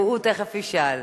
הוא תיכף ישאל.